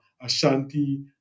Ashanti